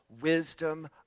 wisdom